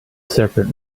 serpent